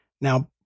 Now